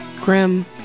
Grim